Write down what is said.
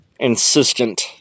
insistent